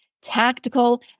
tactical